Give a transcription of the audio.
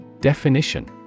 Definition